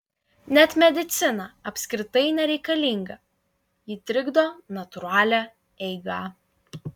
net medicina apskritai nereikalinga ji trikdo natūralią eigą